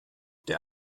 der